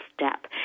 step